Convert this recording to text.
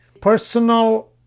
personal